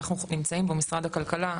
אנחנו נמצאים ומשרד הכלכלה,